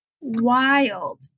wild